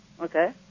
Okay